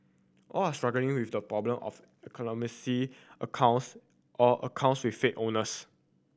all are struggling with the problem of accounts or accounts with fake owners